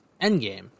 Endgame